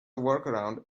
workaround